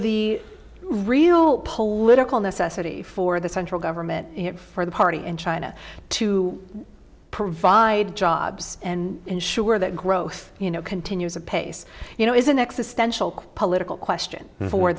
the real political necessity for the central government for the party in china to provide jobs and ensure that growth you know continues apace you know is an existential political question for